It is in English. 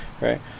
right